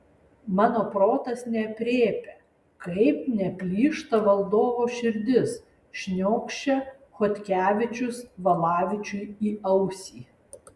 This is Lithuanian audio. mano protas neaprėpia kaip neplyšta valdovo širdis šniokščia chodkevičius valavičiui į ausį